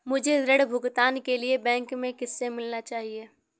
मुझे ऋण भुगतान के लिए बैंक में किससे मिलना चाहिए?